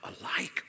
alike